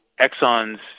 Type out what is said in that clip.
Exxon's